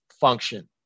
function